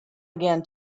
again